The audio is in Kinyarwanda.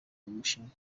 bushinwa